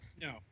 No